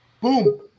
Boom